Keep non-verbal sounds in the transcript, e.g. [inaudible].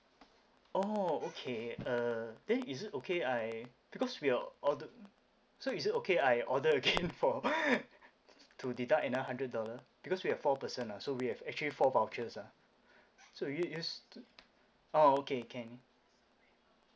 oh okay uh then is it okay I because we are order so is it okay I order again for [laughs] to deduct another hundred dollar because we have four person ah so we have actually four vouchers ah so we u~ use ah okay can